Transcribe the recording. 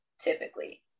typically